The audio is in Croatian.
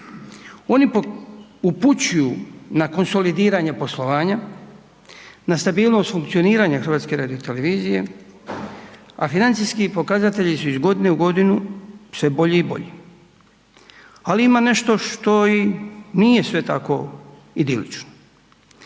Oni upućuju na konsolidiranje poslovanja, na stabilnost funkcioniranja HRT-a a financijski pokazatelji su iz godine u godinu sve bolji i bolji. Ali ima nešto što i nije sve tako idilično.